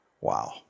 Wow